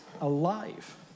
alive